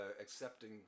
accepting